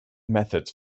methods